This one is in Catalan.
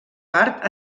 part